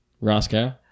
Roscoe